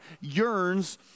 yearns